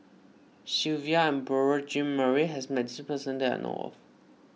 Silvia Yong and Beurel Jean Marie has met this person that I know of